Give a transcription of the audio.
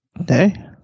Okay